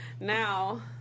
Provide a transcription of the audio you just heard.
Now